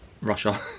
Russia